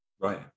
Right